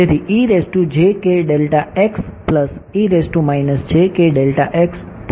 તેથી તે શું છે